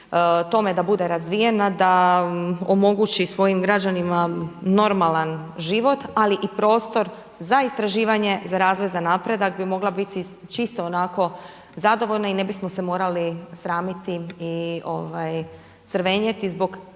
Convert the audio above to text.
tome da bude razvijena, da omogući svojim građanima normalan život, ali i prostor za istraživanje, za razvoj, za napredak bi mogla biti čisto onako zadovoljna i ne bismo se morali sramiti i crvenjeti zbog